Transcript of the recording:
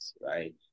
right